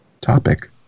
topic